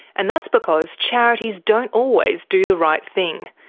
and that's because charities don't always do the right thing.